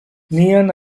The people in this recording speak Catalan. nien